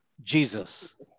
Jesus